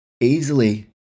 easily